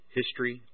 history